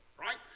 right